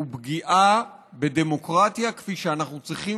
הוא פגיעה בדמוקרטיה כפי שאנחנו צריכים